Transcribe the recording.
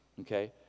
okay